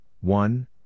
one